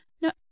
no